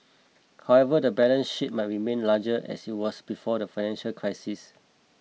however the balance sheet might remain larger as it was before the financial crisis